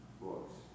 books